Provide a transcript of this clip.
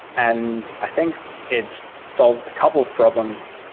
and i think it solves a couple of problems.